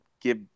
give